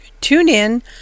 TuneIn